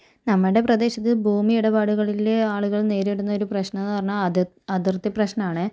നമ്മുടെ പ്രദേശത്തു ഭൂമി ഇടപാടുകളില് ആളുകൾ നേരിടുന്നൊരു പ്രശ്നമെന്ന് പറഞ്ഞാൽ അതി അതിർത്തി പ്രശ്നമാണ്